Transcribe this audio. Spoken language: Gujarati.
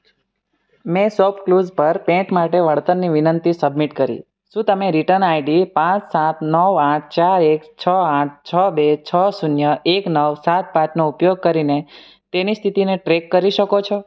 મેં શોપક્લૂઝ પર પેન્ટ માટે વળતરની વિનંતી સબમિટ કરી શું તમે રિટર્ન આઈડી પાંચ સાત નવ આઠ ચાર એક છ આઠ છ બે છ શૂન્ય એક નવ સાત પાંચનો ઉપયોગ કરીને તેની સ્થિતિને ટ્રેક કરી શકો છો